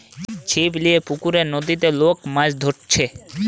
ছিপ লিয়ে পুকুরে, নদীতে লোক মাছ ধরছে